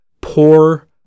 poor